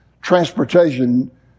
transportation